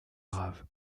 grave